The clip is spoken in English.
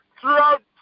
throughout